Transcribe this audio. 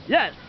Yes